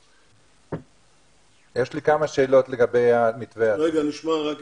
נשמע את